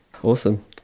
awesome